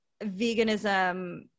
veganism